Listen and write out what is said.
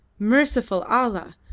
merciful allah!